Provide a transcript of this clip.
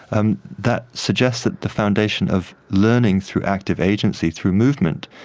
and that suggests that the foundation of learning through active agency, through movement,